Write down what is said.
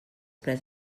pres